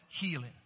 healing